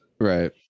Right